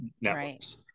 networks